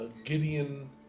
Gideon